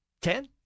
Ten